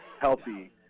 healthy